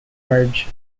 merge